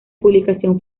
publicación